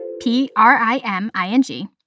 P-R-I-M-I-N-G